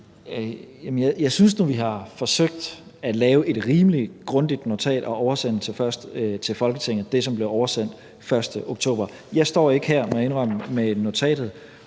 Jeg synes nu, vi har forsøgt at lave et rimelig grundigt notat, som er oversendt til Folketinget, altså det, der blev oversendt den 1. oktober. Jeg står ikke her – må jeg